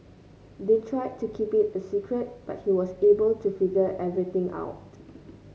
they tried to keep it a secret but he was able to figure everything out